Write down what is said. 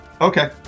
Okay